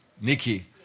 Nikki